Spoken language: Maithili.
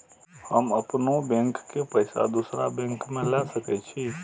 हम अपनों बैंक के पैसा दुसरा बैंक में ले सके छी?